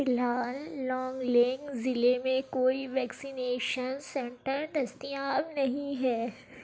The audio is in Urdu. فی الحال لانگ لینگ ضلع میں کوئی ویکسینیشن سنٹر دستیاب نہیں ہے